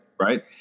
right